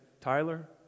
Tyler